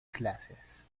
clases